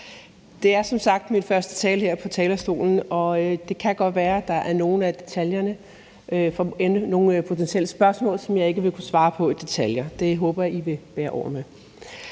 Det er som sagt min første tale her på talerstolen, og det kan godt være, at der er nogle potentielle spørgsmål, som jeg ikke vil kunne svare på i detaljer – det håber jeg I vil bære over med.